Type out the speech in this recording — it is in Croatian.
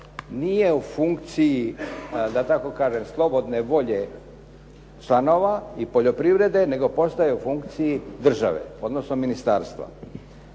nije u funkciji da tako kažem slobodne volje članova i poljoprivrede nego postaje u funkciji države, odnosno ministarstva.